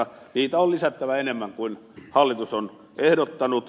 niitä on lisättävä enemmän kuin hallitus on ehdottanut